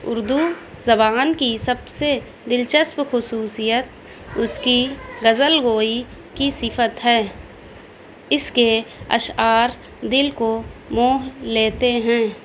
اردو زبان کی سب سے دلچسپ خصوصیت اس کی غزل گوئی کی صفت ہے اس کے اشعار دل کو موہ لیتے ہیں